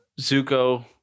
Zuko